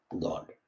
God